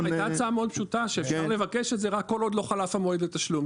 הייתה הצעה מאוד פשוטה שאפשר לבקש את זה כל עוד לא חלף המועד לתשלום.